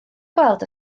gweld